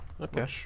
Okay